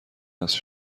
است